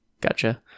Gotcha